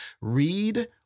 Read